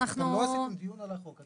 אבל אתם לא עשיתם דיון על החוק הזה,